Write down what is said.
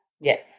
Yes